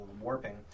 warping